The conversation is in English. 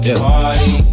party